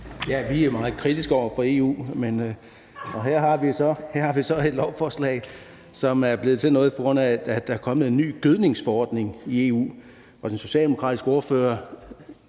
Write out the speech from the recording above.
Vi er meget kritiske over for EU, og her har vi så et lovforslag, som er blevet til noget, fordi der er kommet en ny gødningsforordning i EU. Den socialdemokratiske ordfører